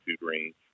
range